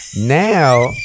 Now